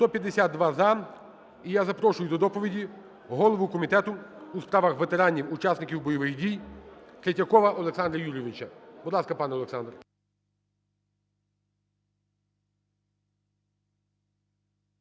За-152 І я запрошую до доповіді голову Комітету у справах ветеранів, учасників бойових дій Третьякова Олександра Юрійовича. Будь ласка, пане Олександр.